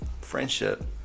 Friendship